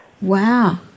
Wow